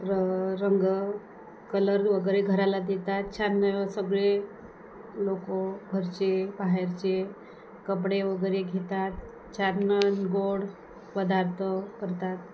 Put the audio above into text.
र रंग कलर वगैरे घराला देतात छान सगळे लोकं घरचे बाहेरचे कपडे वगैरे घेतात छान गोड पदार्थ करतात